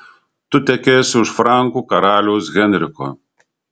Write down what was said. tu tekėsi už frankų karaliaus henriko